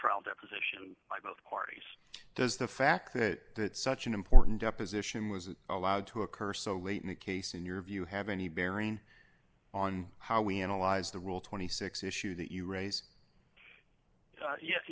trial deposition by both parties does the fact that such an important deposition was allowed to occur so late in the case in your view have any bearing on how we analyze the rule twenty six issue that you raise